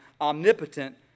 omnipotent